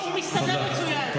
הוא מסתדר מצוין גם בלעדייך.